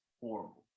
horrible